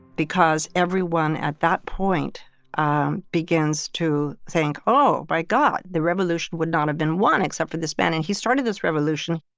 because everyone at that point um begins to think, oh, my god, the revolution would not have been won except for this man, and he started this revolution.